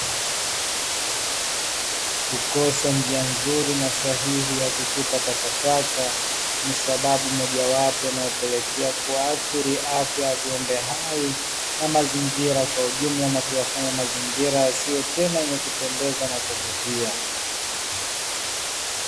Kukosa njia nzuri na sahihi ya kutupa takataka, na sababu moja wapo inayopelekea kuathiri afya ya viumbe hai, na mazingira kwa ujumla na kuyafanya mazingira yasiwe tena ya kupendeza na kuvutia.